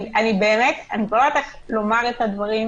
אני באמת, אני כבר לא יודעת איך לומר את הדברים.